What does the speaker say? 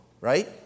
right